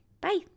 bye